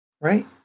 Right